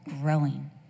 growing